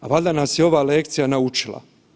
Valjda nas je ova lekcija naučila.